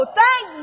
thank